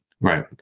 Right